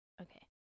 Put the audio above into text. Okay